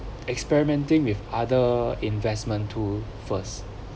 experimenting with other investment tool first